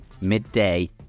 midday